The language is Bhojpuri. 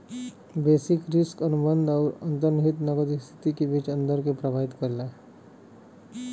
बेसिस रिस्क अनुबंध आउर अंतर्निहित नकद स्थिति के बीच अंतर के प्रभावित करला